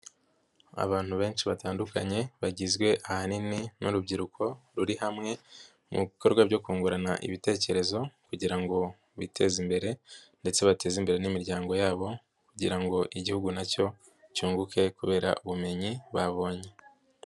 Abantu benshi batandukanye bagizwe ahanini n'urubyiruko ruri hamwe mu bikorwa byo kungurana ibitekerezo kugira ngo biteze imbere ndetse bateze imbere n'imiryango yabo kugira ngo Igihugu na cyo cyunguke kubera ubumenyi babonye.